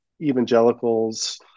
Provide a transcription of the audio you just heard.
evangelicals